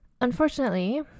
unfortunately